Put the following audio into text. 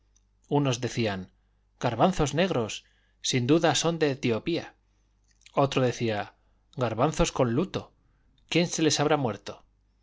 unos decían garbanzos negros sin duda son de etiopía otro decía garbanzos con luto quién se les habrá muerto